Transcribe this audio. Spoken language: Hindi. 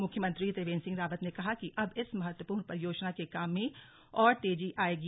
मुख्यमंत्री त्रिवेन्द्र सिंह रावत ने कहा कि अब इस महत्वपूर्ण परियोजना के काम में और तेजी आएगी